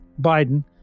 Biden